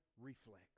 reflex